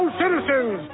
citizens